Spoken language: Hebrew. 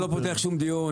אני לא פותח שום דיון,